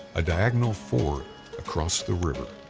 a diagonal ford across the river,